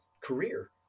career